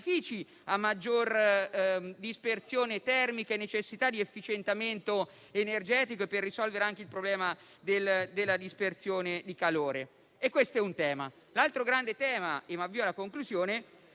a maggior dispersione termica e con necessità di efficientamento energetico, per risolvere anche il problema della dispersione di calore. Questo è un tema. Avviandomi alla conclusione,